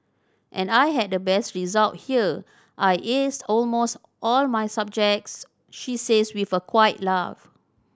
and I had the best result here I aced almost all my subjects she says with a quiet laugh